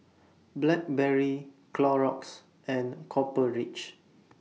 Blackberry Clorox and Copper Ridge